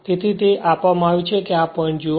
તેથી તે આપવામાં આવ્યું છે કે આ પોઇન્ટ જુઓ